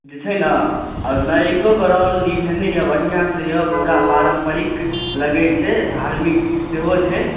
जे छै ने आओर नायकोके रोल निभेने अइ बढ़िआँसँ अइ पूरा पारम्परिक लगै छै धार्मिक सेहो छै